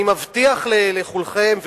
אני מבטיח לכולכם,